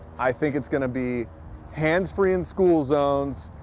i think it's going to be hands-free in school zones.